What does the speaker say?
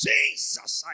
Jesus